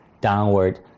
downward